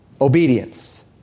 obedience